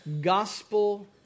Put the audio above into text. gospel